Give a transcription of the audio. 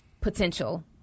potential